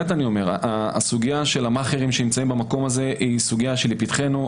סוגיית המאכרים שנמצאים במקום נמצאת לפתחנו,